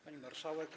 Pani Marszałek!